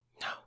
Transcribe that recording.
no